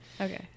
Okay